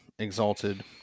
Exalted